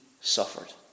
suffered